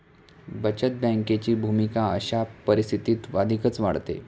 बचत बँकेची भूमिका अशा परिस्थितीत अधिकच वाढते